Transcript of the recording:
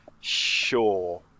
Sure